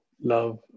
love